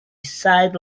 side